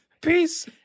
peace